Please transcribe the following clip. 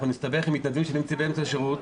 נסתבך עם מתנדבים שנמצאים באמצע שירות,